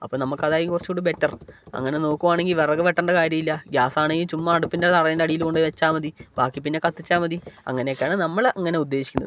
അപ്പം നമുക്ക് അതായി കുറച്ചൂട് ബെറ്റർ അങ്ങനെ നോക്കുവാണെങ്കിൽ വിറക് വെട്ടെണ്ട കാര്യം ഇല്ല ഗ്യാസാണേ ചുമ്മാ അടുപ്പിൻ്റെ തറേൻ്റടീൽ കൊണ്ടോയ് വെച്ചാൽ മതി ബാക്കി പിന്നെ കത്തിച്ചാൽ മതി അങ്ങനെക്കാണ് നമ്മൾ അങ്ങനെ ഉദ്ദേശിക്കുന്നത്